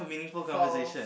false